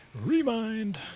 Remind